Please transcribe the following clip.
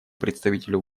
представителю